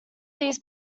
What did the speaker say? these